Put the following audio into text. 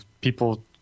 people